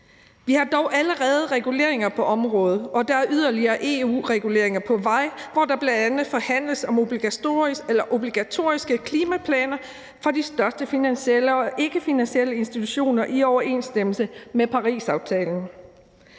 Vi har dog allerede reguleringer på området, og der er yderligere regulering på vej fra EU, hvor der bl.a. forhandles om obligatoriske klimaplaner for de største finansielle og ikkefinansielle institutioner i overensstemmelse med Parisaftalen.